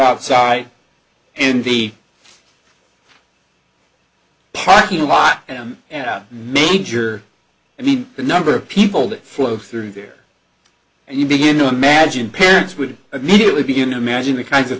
outside in the parking lot and him and out major i mean the number of people that flowed through there and you begin to imagine parents would immediately begin to imagine the kinds of